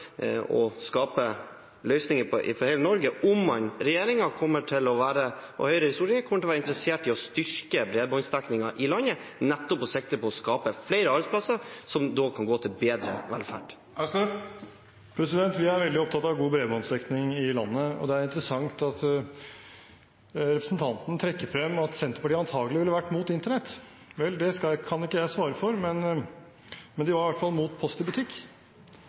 å skape løsninger for hele Norge, om regjeringen – og Høyre i Stortinget – kommer til å være interessert i å styrke bredbåndsdekningen i landet, nettopp med sikte på å skape flere arbeidsplasser, som da kan gå til bedre velferd. Vi er veldig opptatt av god bredbåndsdekning i landet. Det er interessant at representanten trekker frem at Senterpartiet antakelig ville vært mot internett. Vel, det kan ikke jeg svare for, men de var i hvert fall imot Post i Butikk